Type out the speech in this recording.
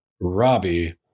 Robbie